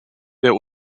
der